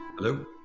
Hello